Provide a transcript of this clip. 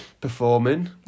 Performing